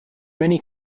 many